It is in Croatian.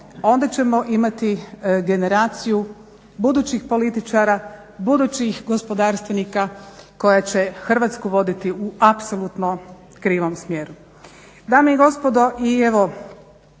onda ćemo imati generaciju budućih političara, budućih gospodarstvenika koja će Hrvatsku voditi u apsolutno krivom smjeru. Dame i gospodo, pri